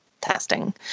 testing